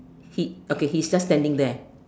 he okay he's just standing there